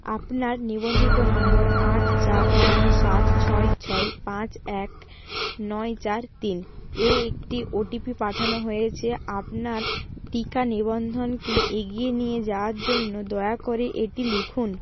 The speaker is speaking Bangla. আপনার নিবন্ধিত নম্বর আট চার নয় সাত ছয় ছয় পাঁচ এক নয় চার তিন এ একটি ওটিপি পাঠানো হয়েছে আপনার টিকা নিবন্ধন কে এগিয়ে নিয়ে যাওয়ার জন্য দয়া করে এটি লিখুন